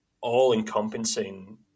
all-encompassing